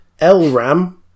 LRAM